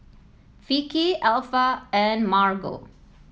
Vicky Alpha and Margo